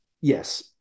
Yes